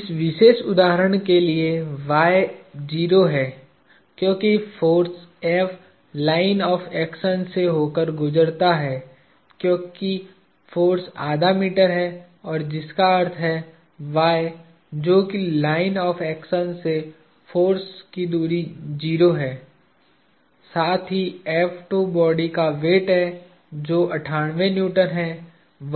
इस विशेष उदाहरण के लिए y 0 है क्योंकि फोर्स लाइन ऑफ़ एक्शन से होकर गुजरता है क्योंकि फोर्स आधा मीटर है जिसका अर्थ है y जो कि लाइन ऑफ़ एक्शन से फोर्स की दूरी 0 है साथ ही बॉडी का वेट है जो 98 न्यूटन है